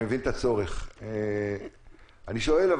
שואל: